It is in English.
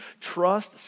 trust